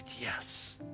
yes